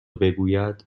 بگوید